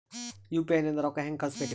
UPI ನಿಂದ ರೊಕ್ಕ ಹೆಂಗ ಕಳಸಬೇಕ್ರಿ?